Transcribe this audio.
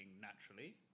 naturally